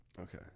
Okay